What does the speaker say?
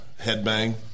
headbang